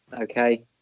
okay